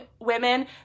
women